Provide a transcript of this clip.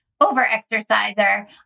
over-exerciser